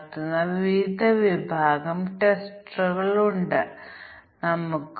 ഞങ്ങൾ അത് കോഡിലേക്ക് വിവർത്തനം ചെയ്യുകയാണെങ്കിൽ അതിർത്തിയിൽ സമാന പ്രശ്നങ്ങൾ ഉണ്ടാകും